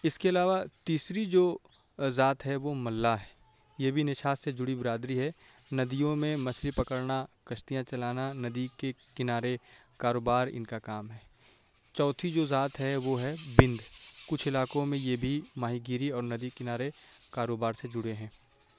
اس کے علاوہ تیسری جو ذات ہے وہ ملاح ہے یہ بھی نشاد سے جڑی برادری ہے ندیوں میں مچھلی پکڑنا کشتیاں چلانا ندی کے کنارے کاروبار ان کا کام ہے چوتھی جو ذات ہے وہ ہے بنگ کچھ علاقوں میں یہ بھی ماہی گیری اور ندی کنارے کاروبار سے جڑے ہیں